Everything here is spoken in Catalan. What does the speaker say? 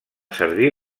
servir